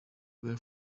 were